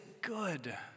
good